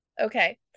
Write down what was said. Okay